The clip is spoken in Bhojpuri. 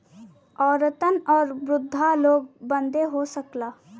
औरतन आउर वृद्धा लोग बदे हो सकला